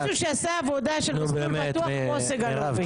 אין מי שעשה עבודה כמו סגלוביץ'.